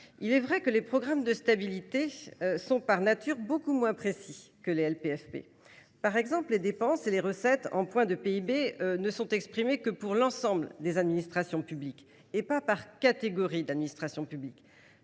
Il est vrai que les programmes de stabilité sont, par nature, beaucoup moins précis que les LPFP. Par exemple, les dépenses et les recettes en points de PIB ne sont exprimées que pour l’ensemble des administrations publiques, et non par catégorie, ce qui constitue